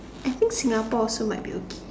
I think Singapore also might be okay